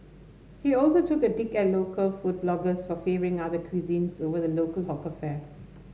he also took a dig at local food bloggers for favouring other cuisines over the local hawker fare